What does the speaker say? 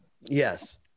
Yes